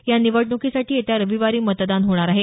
या निवडणुकीसाठी येत्या रविवारी मतदान होणार आहे